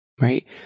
Right